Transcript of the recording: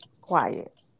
quiet